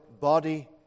body